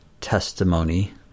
testimony